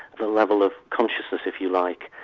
the level of consciousness, if you like,